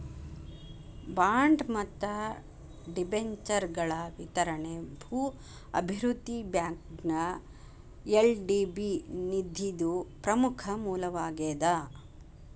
bond ಮತ್ತ ಡಿಬೆಂಚರ್ಗಳ ವಿತರಣಿ ಭೂ ಅಭಿವೃದ್ಧಿ ಬ್ಯಾಂಕ್ಗ ಎಲ್.ಡಿ.ಬಿ ನಿಧಿದು ಪ್ರಮುಖ ಮೂಲವಾಗೇದ